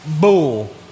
bull